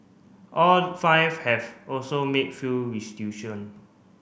all five have also made full restitution